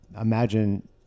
imagine